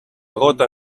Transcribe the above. gota